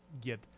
get